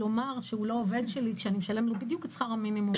לומר שהוא לא עובד שלי כשאני משלם לו בדיוק את שכר המינימום,